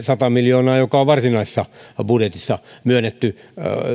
sata miljoonaa joka on varsinaisessa budjetissa myönnetty